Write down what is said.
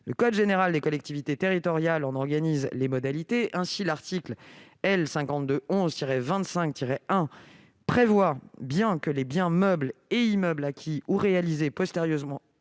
le code général des collectivités territoriales en organise les modalités. Ainsi, son article L. 5211-25-1 dispose bien que « les biens meubles et immeubles acquis ou réalisés postérieurement